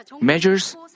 measures